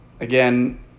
again